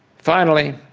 finally,